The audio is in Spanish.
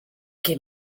que